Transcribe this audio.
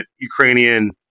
Ukrainian